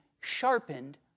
sharpened